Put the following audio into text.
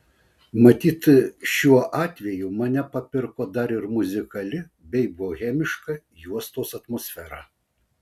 matyt šiuo atveju mane papirko dar ir muzikali bei bohemiška juostos atmosfera